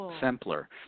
simpler